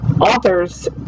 authors